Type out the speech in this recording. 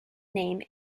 name